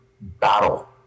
battle